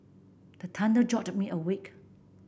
the thunder jolt me awake